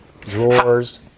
Drawers